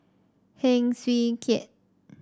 Heng Swee Keat